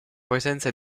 presenza